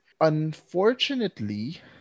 Unfortunately